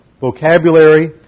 vocabulary